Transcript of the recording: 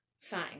Fine